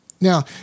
Now